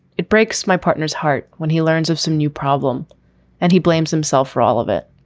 it breaks my partner's heart when he learns of some new problem and he blames himself for all of it.